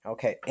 Okay